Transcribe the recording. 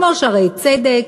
כמו "שערי צדק",